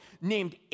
named